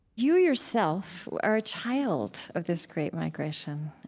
you, yourself, are a child of this great migration.